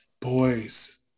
boys